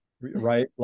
right